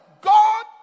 God